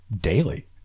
daily